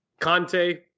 Conte